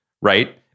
right